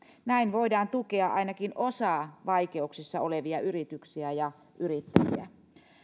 näin voidaan tukea ainakin osaa vaikeuksissa olevia yrityksiä ja yrittäjiä